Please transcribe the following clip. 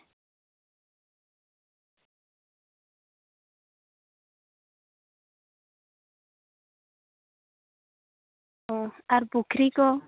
ᱚ ᱟᱨ ᱯᱩᱠᱷᱨᱤ ᱠᱚ